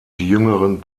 jüngeren